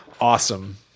Awesome